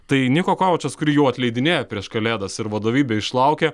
tai niko kovaču kurį jau atleidinėjo prieš kalėdas ir vadovybė išlaukė